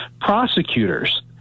prosecutors